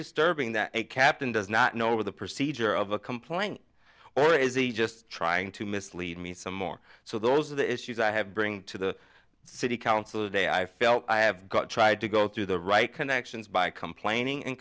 disturbing that a captain does not know or the procedure of a complaint or is he just trying to mislead me some more so those are the issues i have bring to the city council a day i felt i have got tried to go through the right connections by complaining and